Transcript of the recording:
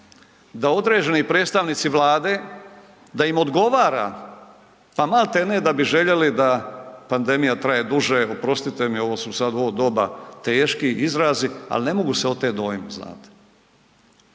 da određeni predstavnici Vlade, da im odgovara, pa malte ne da bi željeli da pandemija traje duže, oprostite mi ovo su sad u ovo doba teški izrazi, al ne mogu se otet dojmu, znate.